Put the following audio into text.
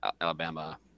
Alabama